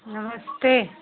नमस्ते